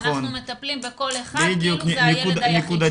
אנחנו מטפלים בכל אחד כאילו זה הילד היחיד שלנו.